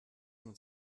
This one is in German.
mit